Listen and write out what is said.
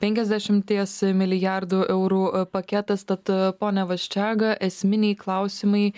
penkiasdešimties milijardų eurų a paketas tad pone vaščega esminiai klausimai